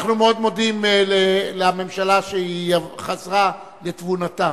אנחנו מאוד מודים לממשלה שחזרה לתבונתה